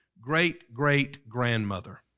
great-great-grandmother